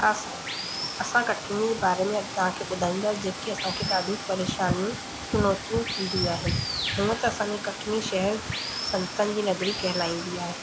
अस असां कटनी जे बारे में अॼु तव्हांखे ॿुधाईंदा जेके असांखे ॾाढी परेशानियूं चुनौतियूं हूंदियूं आहिनि हूअं त असांजे कटनी शहर संतन जी नगरी कहलाईंदी आहे